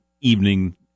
evening